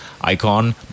icon